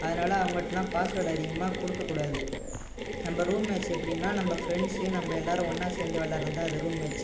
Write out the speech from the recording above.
அதனால அவங்கள்கிட்ட பாஸ்வேர்டு அதிகமாக கொடுக்க கூடாது நம்ம ரூம் மேட்ச் எப்படின்னா நம்ம ஃப்ரெண்ட்ஸ் நம்ம எல்லாரும் ஒன்றா சேர்ந்து விளையாடுறது தான் அந்த ரூம் மேட்ச்